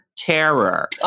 terror